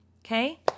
Okay